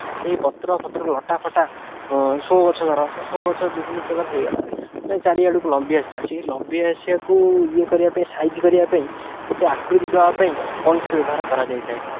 ସେହି ପତ୍ର ଫତ୍ର ଲଟା ଫଟା ସୋ ଗଛ ଧର ସେ ସୋ ଗଛ ବିଭିନ୍ନପ୍ରକାର ହୋଇଗଲା ମାନେ ଚାରିଆଡ଼କୁ ଲମ୍ବି ଆସିଲା ସେହି ଲମ୍ବି ଆସିବାକୁ ଇଏ କରିବା ପାଇଁ ସାଇଜ୍ କରିବା ପାଇଁ ଗୋଟେ ଆକୃତି ଦେବା ପାଇଁ କଇଁଚିର ବ୍ୟବହାର କରାଯାଇଥାଏ